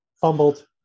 fumbled